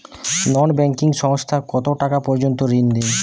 নন banking সংস্থা কতটাকা পর্যন্ত ঋণ দেয়?